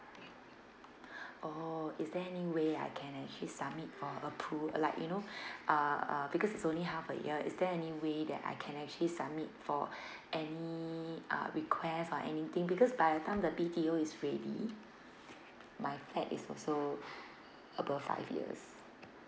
oh is there any way I can actually submit for a pool like you know uh uh because it's only half a year is there any way that I can actually submit for any uh request or anything because by the time the B_T_O is ready my flat is also above five years